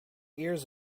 ears